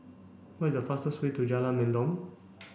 what is the fastest way to Jalan Mendong